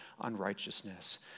unrighteousness